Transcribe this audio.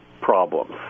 problems